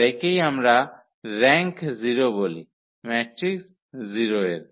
আর একেই আমরা র্যাঙ্ক 0 বলি ম্যাট্রিক্স 0 এর